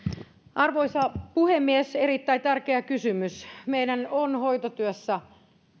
arvoisa puhemies erittäin tärkeä kysymys meidän on hoitotyöstä